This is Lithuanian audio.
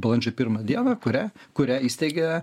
balandžio pirmą dieną kuria kuria įsteigė